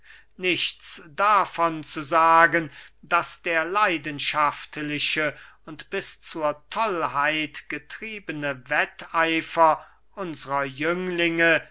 nichts davon zu sagen daß der leidenschaftliche und bis zur tollheit getriebene wetteifer unsrer jünglinge